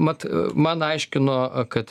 mat man aiškino kad